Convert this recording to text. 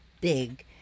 big